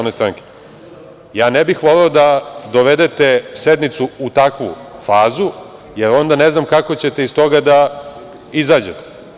Ne bih voleo da dovedete sednicu u takvu fazu, jer onda ne znam kako ćete iz toga da izađete.